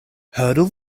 hurdle